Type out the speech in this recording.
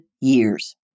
years